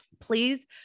Please